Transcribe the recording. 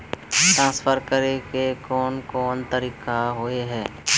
Transfer करे के कोन कोन तरीका होय है?